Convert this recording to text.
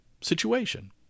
situation